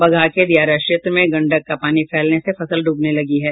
बगहा के दियारा क्षेत्र में गंडक का पानी फैलने से फसल डूबने लगी है